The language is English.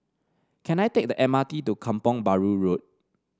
can I take the M R T to Kampong Bahru Road